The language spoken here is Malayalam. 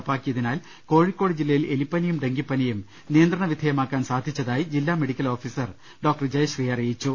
നടപ്പാക്കിയതിനാൽ കോഴിക്കോട് ജില്ലയിൽ എലിപ്പനിയും ഡങ്കിപ്പനിയും നിയന്ത്രണ വിധേയമാക്കാൻ സാധിച്ചതായി ജില്ലാ മെഡിക്കൽ ഓഫീസർ ഡോക്ടർ ജയശ്രീ അറിയിച്ചു